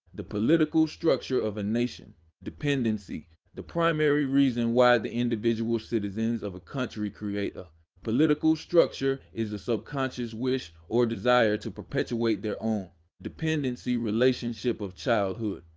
the political structure of a nation dependency the primary reason why the individual citizens of a country create a political structure is a subconscious wish or desire to perpetuate their own dependency relationship of childhood.